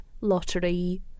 Lottery